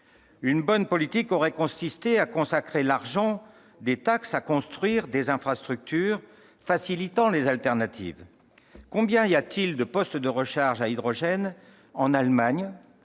Une bonne politique aurait consisté à consacrer l'argent des taxes à construire des infrastructures, facilitant les alternatives. Combien y a-t-il de postes de recharge à hydrogène en Allemagne ?